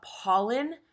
Pollen